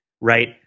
right